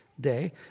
day